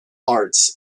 arts